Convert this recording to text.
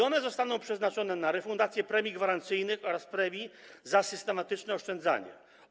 One zostaną przeznaczone na refundację premii gwarancyjnych oraz premii za systematyczne oszczędzanie.